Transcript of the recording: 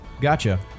gotcha